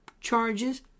charges